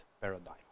paradigm